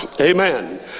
Amen